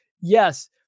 Yes